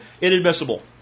Inadmissible